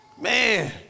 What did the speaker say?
Man